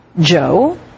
Joe